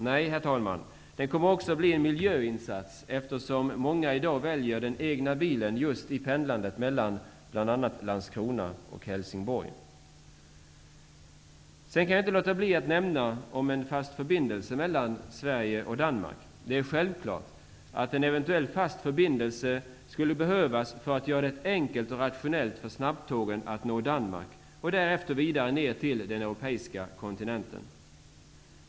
Nej, herr talman, den kommer också att bli en miljöinsats, eftersom många i dag väljer den egna bilen för pendlandet mellan bl.a. Landskrona och Sedan kan jag inte låta bli att nämna om en fast förbindelse mellan Sverige och Danmark. Det är självklart att en fast förbindelse behövs för att göra det enkelt och rationellt för snabbtågen att nå Danmark och därefter vidare ner till den europeiska kontinenten.